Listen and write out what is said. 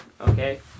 okay